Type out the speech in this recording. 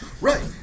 Right